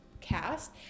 cast